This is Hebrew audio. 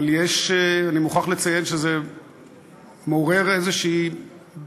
אבל אני מוכרח לציין שזה מעורר איזו בעייתיות.